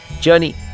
journey